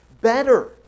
Better